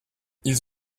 ils